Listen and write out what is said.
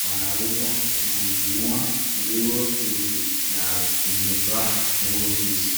wanaweza kununa nguo hizi na kuzivaa nguo hizi.